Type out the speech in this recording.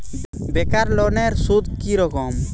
বেকার লোনের সুদ কি রকম?